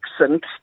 accent